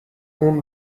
اون